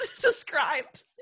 described